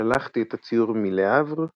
שלחתי את הציור מלה הבר,